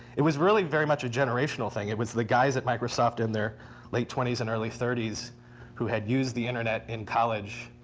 it was really very much a generational thing. it was the guys at microsoft in their late twenty s and early thirty s who had used the internet in college.